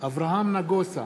אברהם נגוסה,